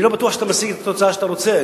אני לא בטוח שאתה משיג את התוצאה שאתה רוצה.